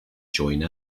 join